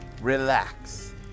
relax